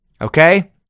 Okay